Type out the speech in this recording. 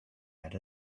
had